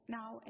now